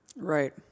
Right